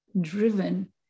driven